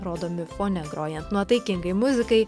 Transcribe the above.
rodomi fone grojant nuotaikingai muzikai